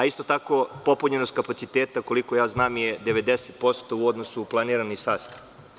Isto tako, popunjenost kapaciteta, koliko znam, je 90% u odnosu na planirani sastav.